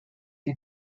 you